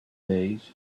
days